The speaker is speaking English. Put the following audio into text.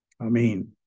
Amen